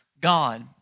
God